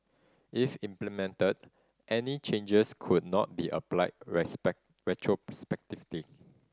if implemented any changes could not be applied respect retrospectively